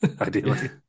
ideally